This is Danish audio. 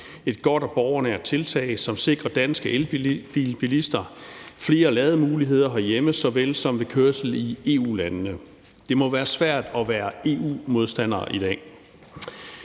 et godt og borgernært tiltag, som sikrer danske elbilister flere lademuligheder herhjemme såvel som ved kørsel i EU-lande. Det må være svært at være EU-modstander i dag.